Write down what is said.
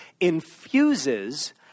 Infuses